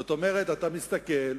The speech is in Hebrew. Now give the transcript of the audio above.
זאת אומרת, אתה מסתכל,